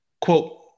quote